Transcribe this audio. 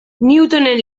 newtonen